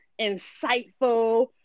insightful